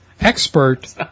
Expert